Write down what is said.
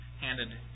handed